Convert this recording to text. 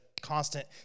constant